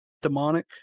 demonic